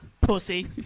Pussy